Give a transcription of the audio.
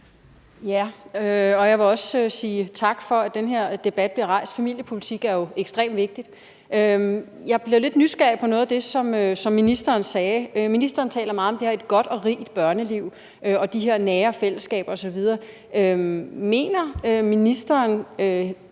(NB): Jeg vil også sige tak for, at den her debat bliver rejst. Familiepolitik er jo ekstremt vigtigt. Jeg bliver lidt nysgerrig på noget af det, som ministeren sagde. Ministeren taler meget om det at have et godt og rigt børneliv og de her nære fællesskaber osv. Mener ministeren